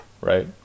Right